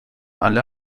alle